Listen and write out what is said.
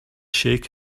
shake